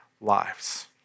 lives